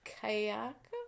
kayak